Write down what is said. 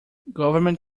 government